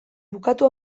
bukatu